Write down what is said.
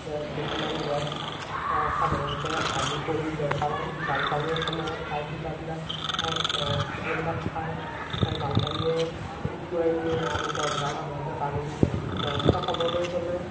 কিছুমান গছ সাধাৰণতে হালি পৰি যায় কাৰণ বানপানীৰ সময়ত তাৰ শিপাবিলাক শিপাবিলাক খাই বানপানীয়ে উটুৱাই দিয়ে আৰু গছডাল সাধাৰণতে বাগৰি যায় সাধাৰণতে ক'বলৈ গ'লে